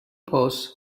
posts